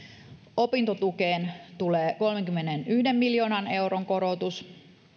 opintotukeen tulee kolmenkymmenenyhden miljoonan euron korotus vuoden